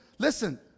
Listen